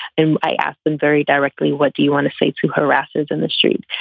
and i ask them very directly, what do you want to say to harasses in the street?